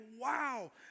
wow